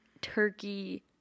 turkey